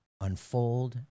unfold